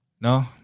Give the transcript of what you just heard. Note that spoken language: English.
no